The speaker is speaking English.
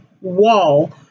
wall